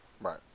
Right